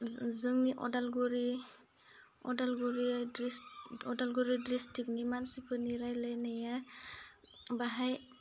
जोंनि अदालगुरि अदालगुरि अदागुरि डिस्ट्रिक्टनि मानसिफोरनि रायलायनाया बाहाय